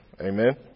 Amen